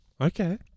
Okay